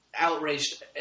Outraged